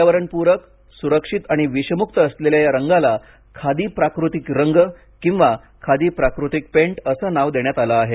पर्यावरणापूरक सुरक्षित आणि विषमुक्त असलेल्या या रंगाला खादी प्राकृतिक रंग किंवा खादी प्राकृतिक पेंट असं नाव देण्यात आलं आहे